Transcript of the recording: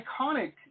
iconic